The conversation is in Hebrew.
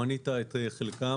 מנית את חלקם.